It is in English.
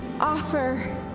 offer